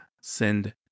send